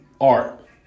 art